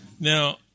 Now